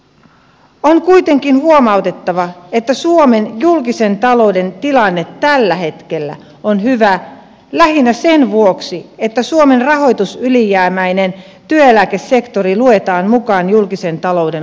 on kuitenkin huomautettava että suomen julkisen talouden tilanne tällä hetkellä on hyvä lähinnä sen vuoksi että suomen rahoitusylijäämäinen työeläkesektori luetaan mukaan julkisen talouden lukuihin